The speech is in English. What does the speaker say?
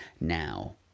now